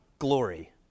glory